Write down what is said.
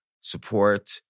support